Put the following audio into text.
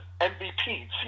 MVP